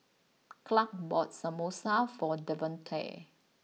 Clark bought Samosa for Davonte